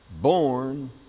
born